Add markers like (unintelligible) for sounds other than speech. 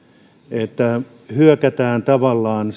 että tavallaan (unintelligible)